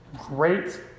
great